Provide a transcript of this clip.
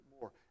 more